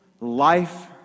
life